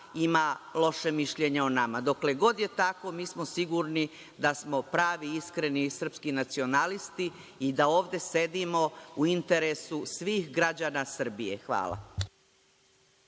ima loše mišljenje o nama. Dokle god je tako, mi smo sigurni da smo pravi, iskreni srpski nacionalisti i da ovde sedimo u interesu svih građana Srbije. Hvala.